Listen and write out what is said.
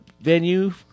venue